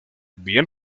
bien